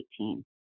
18